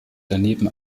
daneben